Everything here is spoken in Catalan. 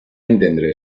entendre